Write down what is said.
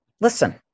listen